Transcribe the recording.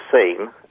seen